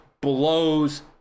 blows